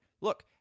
Look